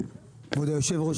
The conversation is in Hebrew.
כבוד יושב הראש,